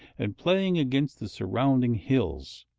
and playing against the surrounding hills